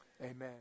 Amen